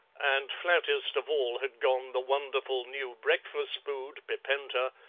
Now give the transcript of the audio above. and flattest of all had gone the wonderful new breakfast food, pipenta,